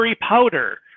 powder